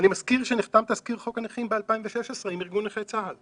אני גם מזכיר שב-2016 נחתם תזכיר חוק הנכים עם ארגון נכי צה"ל,